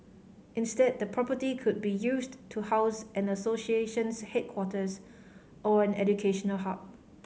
instead the property could be used to house an association's headquarters or an educational hub